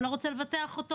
אתה לא רוצה לבטח אותו?